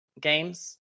games